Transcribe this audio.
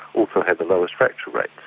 also had the lowest fracture rates.